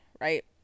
right